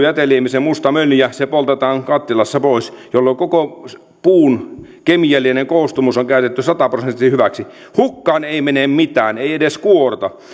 jäteliemi se musta mönjä poltetaan kattilassa pois jolloin koko puun kemiallinen koostumus on käytetty sata prosenttisesti hyväksi hukkaan ei mene mitään ei edes kuorta